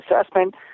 assessment